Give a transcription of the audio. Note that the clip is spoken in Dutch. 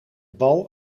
bal